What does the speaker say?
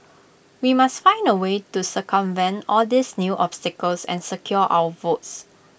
we must find A way to circumvent all these new obstacles and secure our votes